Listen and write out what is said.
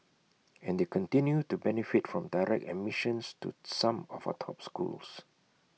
and they continue to benefit from direct admissions to some of our top schools